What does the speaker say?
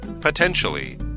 Potentially